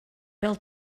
bêl